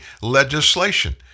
legislation